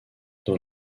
dans